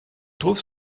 trouve